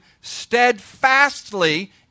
steadfastly